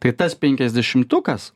kai tas penkiasdešimtukas